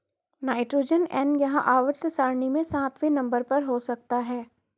nitrogen N यह आवर्त सारणी में सातवें नंबर पर हो सकता है